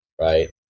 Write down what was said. right